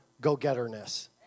go-getterness